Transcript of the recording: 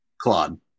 Claude